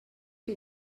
que